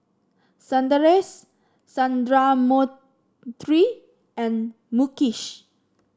Sundaresh and Mukesh